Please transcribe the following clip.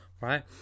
right